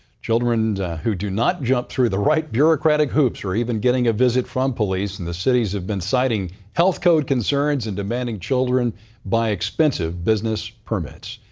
children who do not jump through the right bureaucratic hoops are even getting a visit from police. and the cities have been citing health code concerns and demanding children buy expensive business permits.